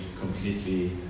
completely